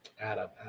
Adam